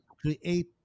create